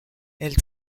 elle